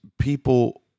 people